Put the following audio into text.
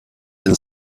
and